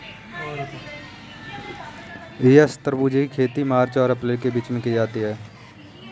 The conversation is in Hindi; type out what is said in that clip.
तरबूज की खेती मार्च एंव अप्रैल के मध्य होती है